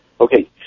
Okay